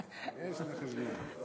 לחבר הכנסת אחמד טיבי.